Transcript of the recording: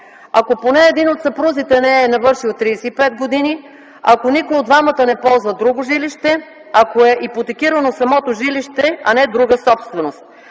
ако поне един от съпрузите не е навършил 35 години; ако никой от двамата не ползва друго жилище; ако е ипотекирано самото жилище, а не друга собственост.